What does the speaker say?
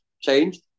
Changed